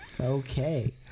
Okay